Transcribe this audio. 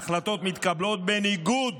ההחלטות מתקבלות בניגוד